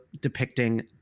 depicting